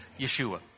Yeshua